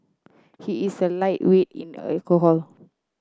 he is a lightweight in alcohol